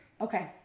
Okay